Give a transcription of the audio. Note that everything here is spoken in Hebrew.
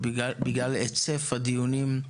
בגלל היצף הדיונים,